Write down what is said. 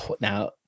Now